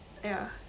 ya